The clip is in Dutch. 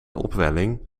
opwelling